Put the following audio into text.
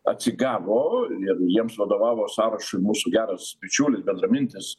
atsigavo ir jiems vadovavo sąrašui mūsų geras bičiulis bendramintis